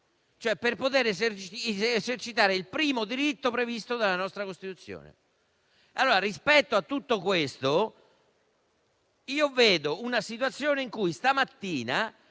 cioè per poter esercitare il primo diritto previsto dalla nostra Costituzione. Allora, rispetto a tutto questo, io vedo una situazione in cui stamattina